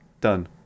Done